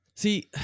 See